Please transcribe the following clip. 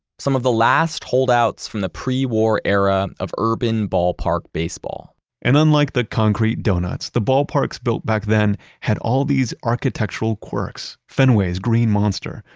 some of the last hold outs from the pre-war era of urban ballpark baseball and unlike the concrete donuts, the ballparks built back then had all these architectural quirks, fenway's green monster,